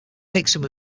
mixing